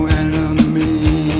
enemy